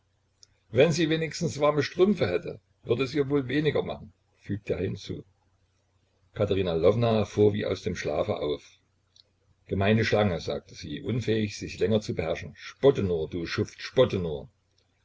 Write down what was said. wenn sie wenigstens warme strümpfe hätte würde es ihr wohl weniger machen fügte er hinzu katerina lwowna fuhr wie aus dem schlafe auf gemeine schlange sagte sie unfähig sich länger zu beherrschen spotte nur du schuft spotte nur